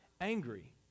angry